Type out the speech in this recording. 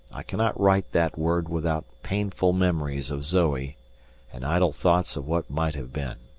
i cannot write that word without painful memories of zoe and idle thoughts of what might have been.